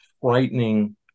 frightening